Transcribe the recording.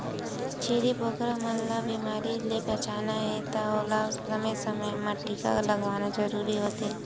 छेरी बोकरा मन ल बेमारी ले बचाना हे त ओला समे समे म टीका लगवाना जरूरी होथे